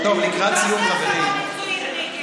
טוב, לקראת סיום, חברים, תעשה הסבה מקצועית, מיקי.